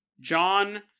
John